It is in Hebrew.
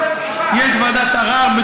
יש ועדת ערר.